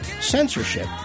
censorship